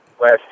last